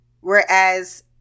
Whereas